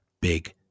big